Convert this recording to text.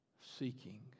seeking